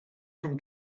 from